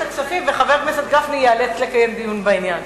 הכספים וחבר הכנסת גפני ייאלץ לקיים דיון בעניין.